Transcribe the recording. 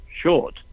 short